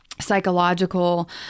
psychological